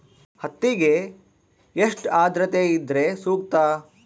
ಹತ್ತಿಗೆ ಎಷ್ಟು ಆದ್ರತೆ ಇದ್ರೆ ಸೂಕ್ತ?